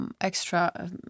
extra